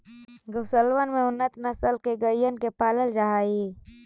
गौशलबन में उन्नत नस्ल के गइयन के पालल जा हई